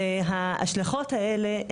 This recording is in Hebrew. וההשלכות האלה,